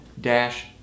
dash